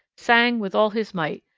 sang with all his might,